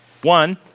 One